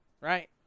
right